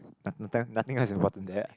nothing nothing nice about it there